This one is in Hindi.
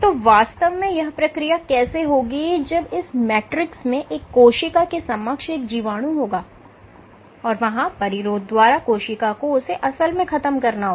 तो वास्तव में यह प्रक्रिया कैसे होगी जब इस मैट्रिक्स में एक कोशिका के समक्ष एक जीवाणु होगा और वहां परिरोध द्वारा कोशिका को उसे असल में खत्म करना होगा